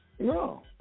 No